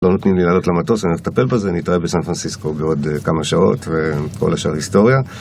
לא נותנים לי לעלות למטוס, אני הולך לטפל בזה, נתראה בסן פנסיסקו בעוד כמה שעות וכל השאר היסטוריה.